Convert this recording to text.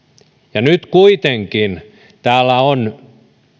ja nyt kuitenkin täällä on